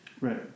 right